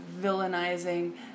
villainizing